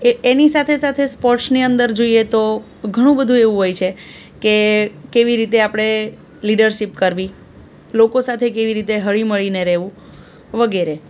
એ એની સાથે સાથે સ્પોર્ટ્સની અંદર જોઈએ તો ઘણું બધુ એવું હોય છે કે કેવી રીતે આપણે લીડરસીપ કરવી લોકો સાથે કેવી રીતે હળી મળીને રહેવું વગેરે